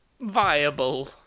viable